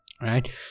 right